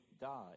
died